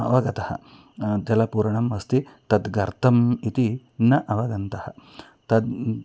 अवगतः जलपूर्णम् अस्ति तद् गर्तम् इति न अवगतः तद्